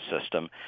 system